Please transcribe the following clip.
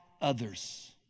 others